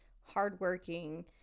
hardworking